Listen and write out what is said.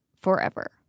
forever